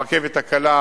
הרכבת הקלה,